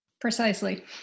Precisely